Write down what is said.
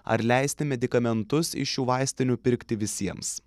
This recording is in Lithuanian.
ar leisti medikamentus iš šių vaistinių pirkti visiems